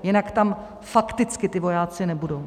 Jinak tam fakticky ti vojáci nebudou.